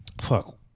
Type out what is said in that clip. Fuck